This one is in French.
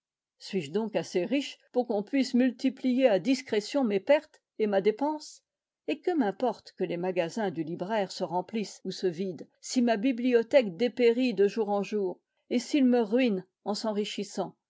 suis-je donc assez riche pour qu'on puisse multiplier à discrétion mes pertes et ma dépense et que m'importe que les magasins du libraire se remplissent ou se vident si ma bibliothèque dépérit de jour en jour et s'il me ruine en s'enrichissant